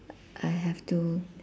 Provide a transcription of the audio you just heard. I have to